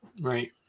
Right